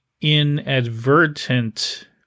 inadvertent